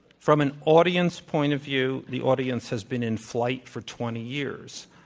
from an audience point of view, the audience has been in flight for twenty years.